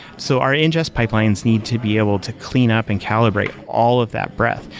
so our ingest pipelines need to be able to clean up and calibrate all of that breath.